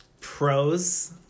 Pros